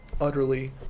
utterly